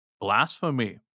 blasphemy